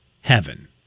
Heaven